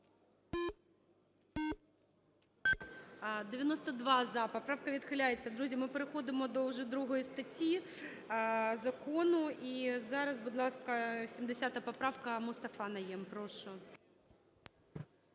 За-92 Поправка відхиляється. Друзі, ми переходимо до вже 2 статті закону. І зараз, будь ласка, 70 поправка. Мустафа Найєм. Прошу.